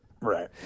Right